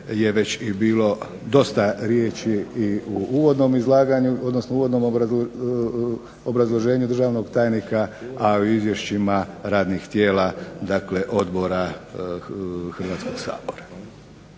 je već i bilo dosta riječi i u uvodnom izlaganju, odnosno uvodnom obrazloženju državnog tajnika, a u izvješćima radnih tijela dakle odgovora Hrvatskog sabora.